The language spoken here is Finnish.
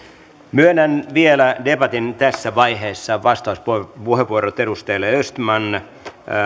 myönnän vielä debatin tässä vaiheessa vastauspuheenvuorot edustajille östman